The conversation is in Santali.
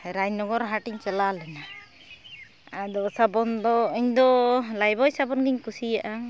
ᱨᱟᱡᱽᱱᱚᱜᱚᱨ ᱦᱟᱴᱤᱧ ᱪᱟᱞᱟᱣ ᱞᱮᱱᱟ ᱟᱫᱚ ᱥᱟᱵᱚᱱ ᱫᱚ ᱤᱧ ᱫᱚ ᱞᱟᱭᱤᱵ ᱵᱚᱭ ᱥᱟᱵᱚᱱᱜᱤᱧ ᱠᱩᱥᱤᱭᱟᱜᱼᱟ